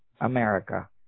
America